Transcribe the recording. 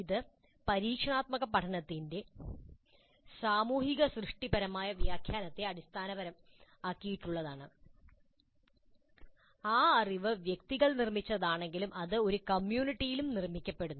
ഇത് പരീക്ഷണാത്മക പഠനത്തിന്റെ സാമൂഹിക സൃഷ്ടിപരമായ വ്യാഖ്യാനത്തെ അടിസ്ഥാനമാക്കിയുള്ളതാണ് ആ അറിവ് വ്യക്തികൾ നിർമ്മിച്ചതാണെങ്കിലും അത് ഒരു കമ്മ്യൂണിറ്റിയിലും നിർമ്മിക്കപ്പെടുന്നു